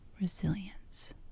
resilience